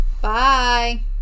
Bye